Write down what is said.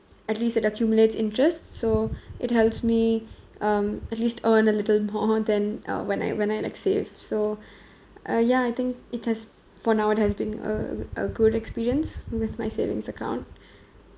at least it accumulates interest so it helps me um at least earn a little more than uh when I when I like save so uh ya I think it has for now it has been a a good experience with my savings account